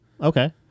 Okay